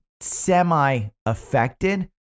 semi-affected